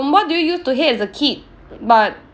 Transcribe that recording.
um what do you use to hate as a kid but